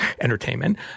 entertainment